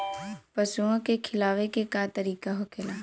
पशुओं के खिलावे के का तरीका होखेला?